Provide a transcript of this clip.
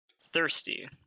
thirsty